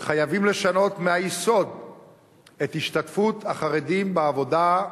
וחייבים לשנות מהיסוד את השתתפות החרדים בעבודה,